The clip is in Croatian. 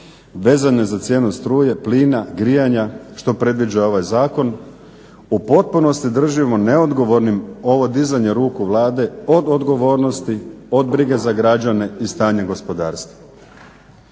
vezano za cijenu struje, plina, grijanja što predviđa ovaj zakon u potpunosti držimo neodgovornim ovo dizanje ruku Vlade od odgovornosti od brige za građane i stanje u gospodarstvu.